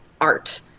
art